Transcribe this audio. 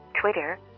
Twitter